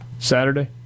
Saturday